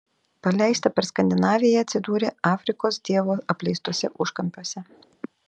paleista per skandinaviją atsidūrė afrikos dievo apleistuose užkampiuose